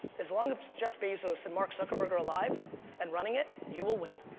as long as jeff bezos and mark zuckerberg are alive and running it, you will win.